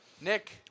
Nick